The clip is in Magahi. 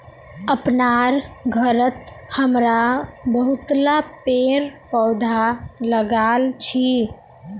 अपनार घरत हमरा बहुतला पेड़ पौधा लगाल छि